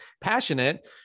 passionate